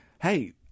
hey –